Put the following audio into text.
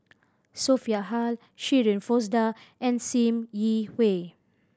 Sophia Hull Shirin Fozdar and Sim Yi Hui